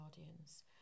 audience